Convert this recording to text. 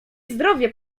zdrowie